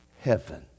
heaven